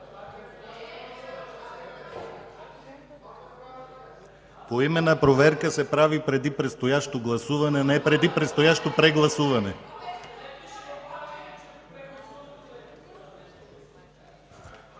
Поименна проверка се прави преди предстоящо гласуване, а не преди предстоящо прегласуване.